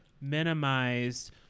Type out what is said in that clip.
minimized